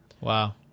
Wow